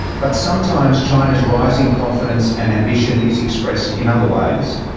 but sometimes china's rising confidence and ambition is expressed in other ways.